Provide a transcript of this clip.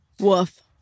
Woof